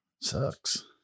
Sucks